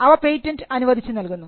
അവ പേറ്റന്റ് അനുവദിച്ചു നൽകുന്നു